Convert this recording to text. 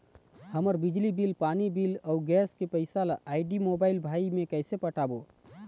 हमर बिजली बिल, पानी बिल, अऊ गैस के पैसा ला आईडी, मोबाइल, भाई मे कइसे पटाबो?